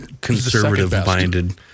conservative-minded